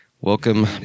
Welcome